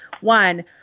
one